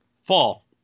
Fall